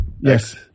yes